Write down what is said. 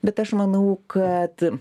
bet aš manau kad